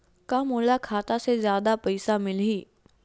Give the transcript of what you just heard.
का मोला खाता से जादा पईसा मिलही?